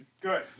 Good